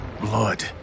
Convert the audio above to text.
Blood